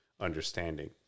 understanding